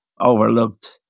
overlooked